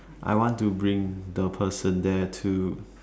I want to bring the person there too